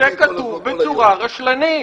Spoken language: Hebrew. זה כתוב בצורה רשלנית.